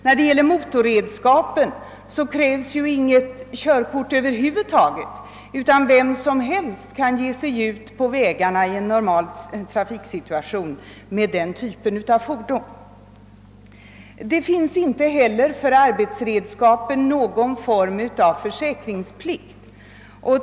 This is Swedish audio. För att framföra motorredskapen krävs inget körkort alls, utan vem som helst kan ge sig ut på vägarna i en normal trafiksituation med denna typ av fordon. Det finns inte heller för dessa fordon någon form av försäkringsplikt.